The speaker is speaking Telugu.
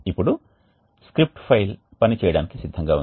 ఇప్పుడు స్క్రిప్ట్ ఫైల్ పని చేయడానికి సిద్ధంగా ఉంది